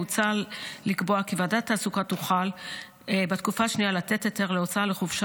מוצע לקבוע כי בתקופה שנייה ועדת התעסוקה תוכל לתת היתר להוצאה לחופשה